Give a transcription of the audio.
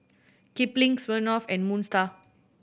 Kipling Smirnoff and Moon Star